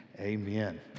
amen